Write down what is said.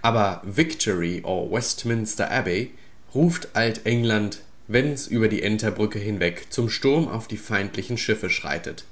aber victory or westminster abbey ruft alt england wenn's über die enterbrücke hinweg zum sturm auf die feindlichen schiffe schreitet